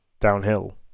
downhill